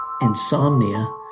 Insomnia